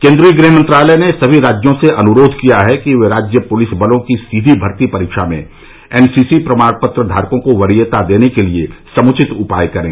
केंद्रीय गृह मंत्रालय ने सभी राज्यों से अनुरोध किया है कि वे राज्य पुलिस बलों की सीधी भर्ती परीक्षा में एनसीसी प्रमाणपत्र धारकों को वरीयता देने के लिए समुचित उपाय करें